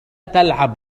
تلعب